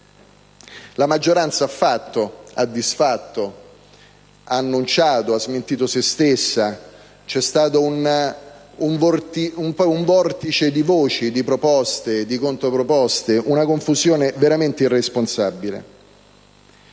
La maggioranza ha fatto, ha disfatto, ha annunciato e ha smentito se stessa. C'è stato un vortice di voci, di proposte, di controproposte, una confusione veramente irresponsabile.